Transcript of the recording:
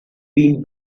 been